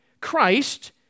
Christ